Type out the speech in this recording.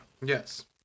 Yes